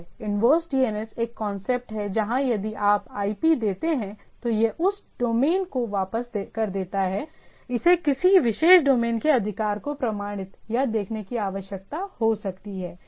inverse DNS एक concept है जहां यदि आप IP देते हैं तो यह उस डोमेन को वापस कर देता है इसे किसी विशेष डोमेन के अधिकार को प्रमाणित या देखने की आवश्यकता हो सकती है